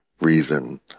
reason